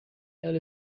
ela